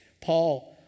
Paul